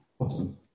Awesome